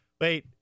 Wait